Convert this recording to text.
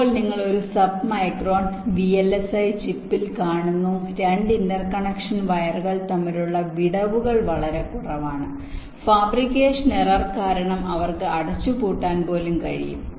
ഇപ്പോൾ നിങ്ങൾ ഒരു sub micron V L S I ചിപ്പിൽ കാണുന്നു 2 ഇന്റർകണക്ഷൻ വയറുകൾ തമ്മിലുള്ള വിടവുകൾ വളരെ കുറവാണ് ഫാബ്രിക്കേഷൻ എറർ കാരണം അവർക്ക് അടച്ചു പൂട്ടാൻ പോലും കഴിയും